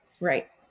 Right